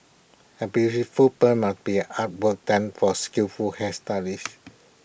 A beautiful perm must be an artwork done by A skillful hairstylist